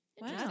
Wow